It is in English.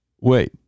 Wait